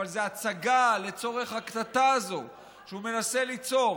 אבל זו הצגה לצורך הקטטה הזאת שהוא מנסה ליצור